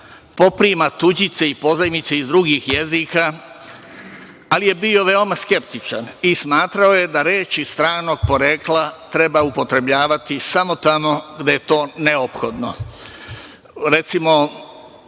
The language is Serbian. poprima tuđice i pozajmice iz drugih jezika, ali je bio veoma skeptičan i smatrao je da reči stranog porekla treba upotrebljavati samo tamo gde je to neophodno. Recimo,